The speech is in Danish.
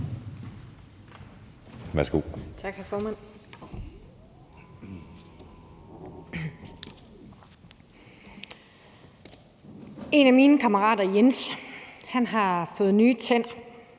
(S): Tak, formand. En af mine kammerater, Jens, har fået nye tænder,